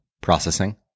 processing